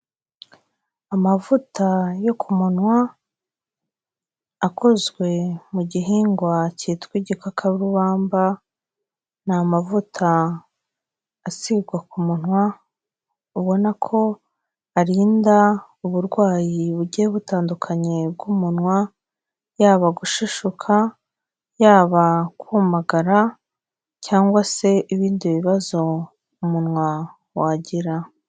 Amavuta yo ku munwa akozwe mu gihingwa cyitwa igikakarubamba, ni amavuta asigwa ku munwa ubona ko arinda uburwayi bugiye butandukanye bw'umunwa, yaba gushishuka, yaba kumagara cyangwa se ibindi bibazo umunwa wagira.